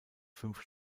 fünf